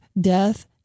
death